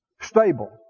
Stable